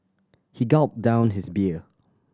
he gulped down his beer